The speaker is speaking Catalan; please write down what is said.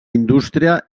indústria